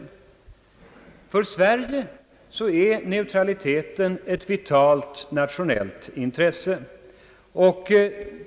För Sverige är neutraliteten ett vitalt nationellt intresse.